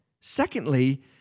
Secondly